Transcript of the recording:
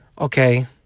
Okay